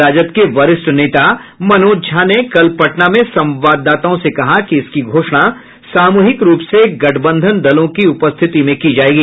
राजद के वरिष्ठ नेता मनोज झा ने कल पटना में संवाददाताओं से कहा कि इसकी घोषणा सामूहिक रूप से गठबंधन दलों की उपस्थिति में की जायेगी